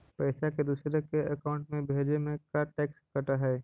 पैसा के दूसरे के अकाउंट में भेजें में का टैक्स कट है?